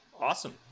Awesome